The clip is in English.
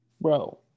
bro